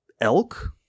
elk